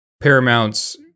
Paramount's